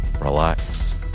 relax